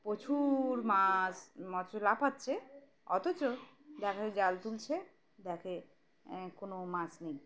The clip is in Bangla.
প্রচুর মাছ মছর লাফাচ্ছে অথচ দেখা জাল তুলছে দেখে কোনো মাছ নেই